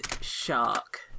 shark